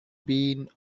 been